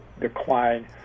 decline